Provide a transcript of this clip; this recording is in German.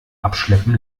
abschleppen